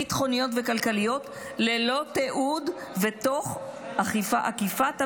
ביטחוניות וכלכליות ללא תיעוד ותוך עקיפת הממשלה".